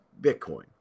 Bitcoin